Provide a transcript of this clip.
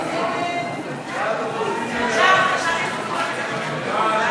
ההסתייגות של חבר הכנסת מיקי לוי